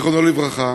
זיכרונו לברכה,